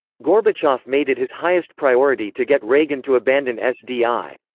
gorbachev made it his highest priority to get reagan to abandon sdi.